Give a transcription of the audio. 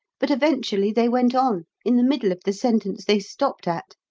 but eventually they went on, in the middle of the sentence they stopped at.